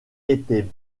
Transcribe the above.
étaient